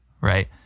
right